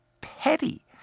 petty